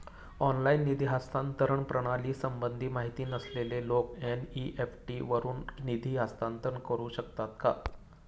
Online निधी हस्तांतरण प्रणालीसंबंधी माहिती नसलेले लोक एन.इ.एफ.टी वरून निधी हस्तांतरण करू शकतात का?